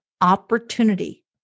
opportunity